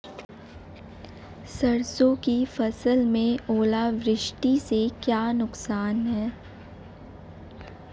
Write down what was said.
सरसों की फसल में ओलावृष्टि से क्या नुकसान है?